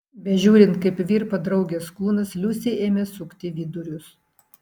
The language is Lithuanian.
bežiūrint kaip virpa draugės kūnas liusei ėmė sukti vidurius